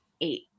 eight